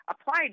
applied